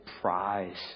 prize